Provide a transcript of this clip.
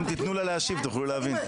אם תיתנו לה להשיב תוכלו להבין.